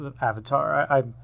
Avatar